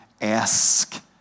ask